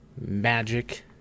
Magic